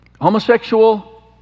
homosexual